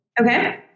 okay